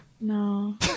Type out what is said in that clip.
No